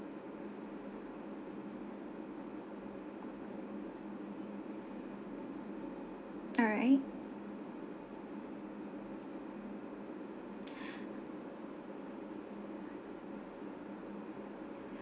alright